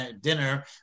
dinner